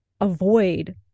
avoid